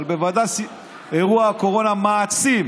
אבל בוודאי שאירוע הקורונה מעצים